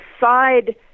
side